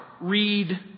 read